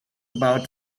about